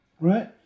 right